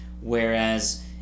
whereas